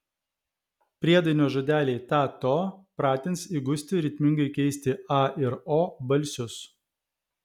priedainio žodeliai ta to pratins įgusti ritmingai keisti a ir o balsius